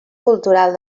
cultural